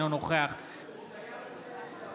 אינו נוכח יריב לוין,